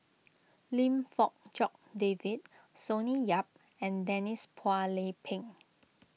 Lim Fong Jock David Sonny Yap and Denise Phua Lay Peng